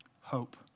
Hope